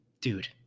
Dude